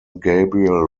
gabriel